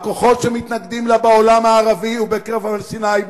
הכוחות שמתנגדים לה בעולם הערבי ובקרב הפלסטינים,